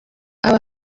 aba